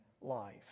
life